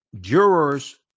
jurors